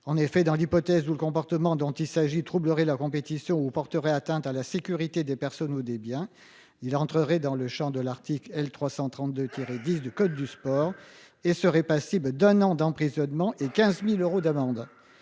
En effet, dans l'hypothèse où le comportement dont il s'agit, troublerait la compétition ou porterait atteinte à la sécurité des personnes ou des biens il entrerait dans le Champ de l'article L. 332 tiré 10 du code du sport et serait passible d'un an d'emprisonnement et 15.000 euros d'amende.